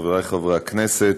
חבריי חברי הכנסת,